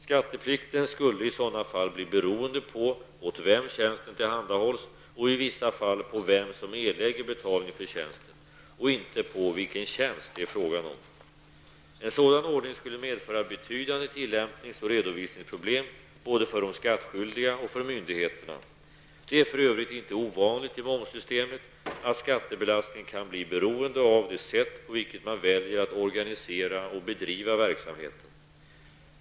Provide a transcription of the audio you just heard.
Skatteplikten skulle i sådana fall bli beroende på åt vem tjänsten tillhandahålls och i vissa fall på vem som erlägger betalningen för tjänsten, inte på vilken tjänst det är fråga om. En sådan ordning skulle medföra betydande tillämpnings och redovisningsproblem både för de skattskyldiga och för myndigheterna. Det är för övrigt inte ovanligt i momssystemet att skattebelastningen kan bli beroende av det sätt på vilket man väljer att organisera och bedriva verksamheten.